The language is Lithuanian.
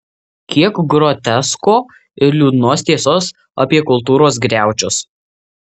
kiek grotesko ir liūdnos tiesos apie kultūros griaučius